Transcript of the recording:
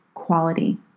quality